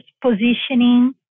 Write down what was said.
positioning